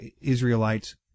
Israelites